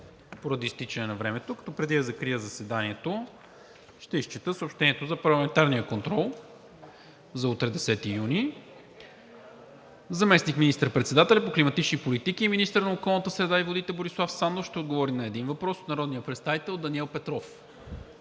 поради изтичане на времето. Преди да закрия заседанието, ще изчета съобщението за парламентарния контрол за утре – 10 юни: - заместник министър-председателят по климатични политики и министър на околната среда и водите Борислав Сандов ще отговори на един въпрос от народния представител Даниел Петров.